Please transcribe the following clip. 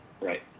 Right